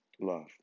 love